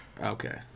Okay